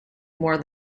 more